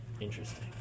Interesting